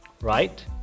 right